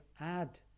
add